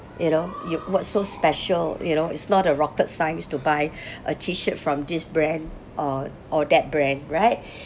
you know you what's so special you know it's not a rocket science to buy a t-shirt from this brand uh or that brand right